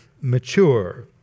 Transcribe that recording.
mature